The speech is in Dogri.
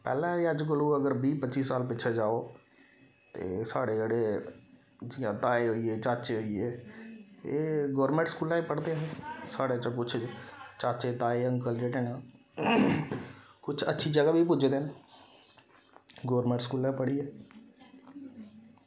पैह्लें बी अज्ज कोला अगर बीह् पं'जी साल पिच्छै जाओ ते साढ़े जेह्ड़े जि'यां ताए होई गे चाचे होई गे एह् गौरमेंट स्कूलें च पढ़दे हे साढ़े च किश चाचे ताए अंकल जेह्ड़े न किश अच्छी जगह पर बी पुज्जे दे न गौरमेंट स्कूलें पढ़ियै